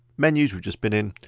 menus, we've just been in.